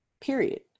period